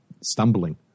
stumbling